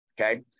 okay